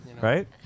right